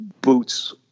boots